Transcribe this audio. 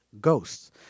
ghosts